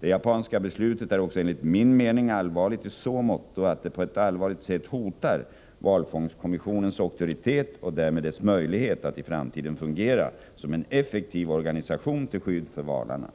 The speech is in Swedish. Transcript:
Det japanska beslutet är också enligt min mening allvarligt i så måtto att det på ett allvarligt sätt hotar valfångstkommissionens auktoritet och därmed dess möjlighet att i framtiden fungera som en effektiv organisation till skydd för valarna.